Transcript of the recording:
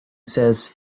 says